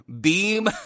beam